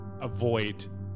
Avoid